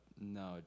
No